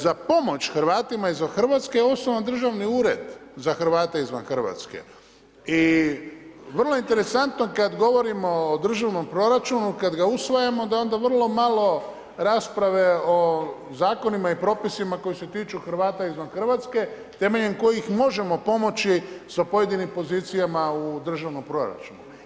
Za pomoć Hrvatima izvan Hrvatske osnovan je Državni ured za Hrvate izvan RH i vrlo interesantno, kad govorimo o državnom proračunu, kad ga usvajamo, da je onda vrlo malo rasprave o zakonima i propisima koji se tiču Hrvata izvan RH temeljem kojih možemo pomoći sa pojedinim pozicijama u državnom proračunu.